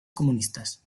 comunistas